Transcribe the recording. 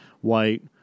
white